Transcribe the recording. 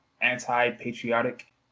anti-patriotic